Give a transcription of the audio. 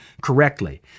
correctly